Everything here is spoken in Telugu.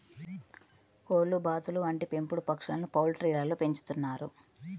కోళ్లు, బాతులు వంటి పెంపుడు పక్షులను పౌల్ట్రీలలో పెంచుతున్నారు